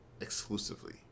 exclusively